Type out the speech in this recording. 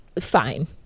Fine